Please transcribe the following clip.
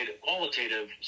qualitative